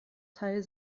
teil